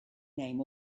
name